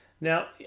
Now